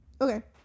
Okay